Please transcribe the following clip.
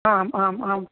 आम् आम् आम्